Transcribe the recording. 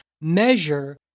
measure